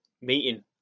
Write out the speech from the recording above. meeting